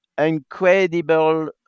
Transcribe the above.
incredible